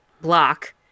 block